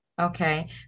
Okay